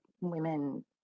women